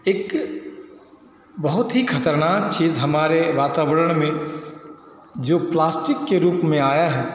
एक बहुत ही खतरनाक चीज हमारे वातावरण में जो प्लास्टिक के रूप में आया है